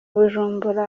bujumbura